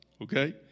Okay